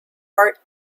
heart